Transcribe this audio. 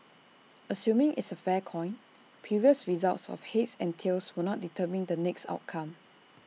assuming it's A fair coin previous results of heads and tails will not determine the next outcome